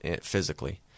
physically